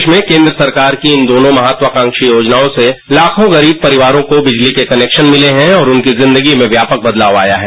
प्रदेश में केंद्र सरकार की इन दोनों महत्वाकांक्षी योनजाओं से लाखों गरीब परिवार को विजली के कनेक्सन मिले है और उनकी जिंदगी में व्यापक बदलाव आया है